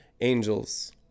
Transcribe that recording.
angels